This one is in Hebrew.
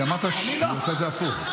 כי אמרת שהיא עושה את זה הפוך.